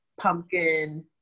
Pumpkin